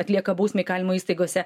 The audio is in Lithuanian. atlieka bausmę įkalinimo įstaigose